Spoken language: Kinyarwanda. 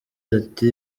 ati